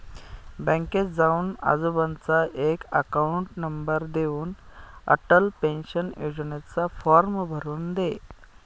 बँकेत जाऊन आजोबांचा बँक अकाउंट नंबर देऊन, अटल पेन्शन योजनेचा फॉर्म भरून दे